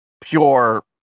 pure